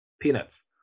peanuts